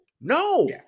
no